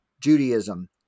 Judaism